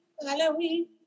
Halloween